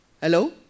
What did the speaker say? hello